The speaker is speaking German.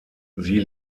sie